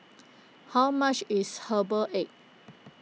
How much is Herbal Egg